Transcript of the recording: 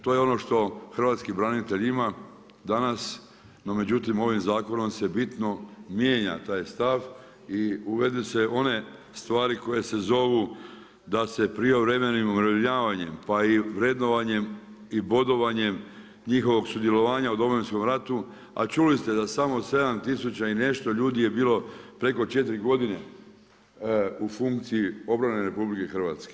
To je ono što hrvatski branitelj ima danas, no međutim ovim zakonom se bitno mijenja taj stav i uvode se one stvari koje se zovu da se prijevremenim umirovljavanjem pa i vrednovanjem i bodovanjem njihovog sudjelovanja u Domovinskom ratu, a čuli ste da samo 7 tisuća i nešto ljudi je bilo preko 4 godine u funkciji obrane RH.